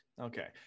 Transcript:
Okay